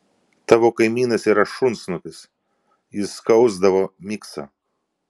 tavo kaimynas yra šunsnukis jis skausdavo miksą